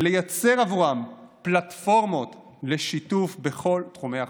ולייצר בעבורם פלטפורמות לשיתוף בכל תחומי החיים.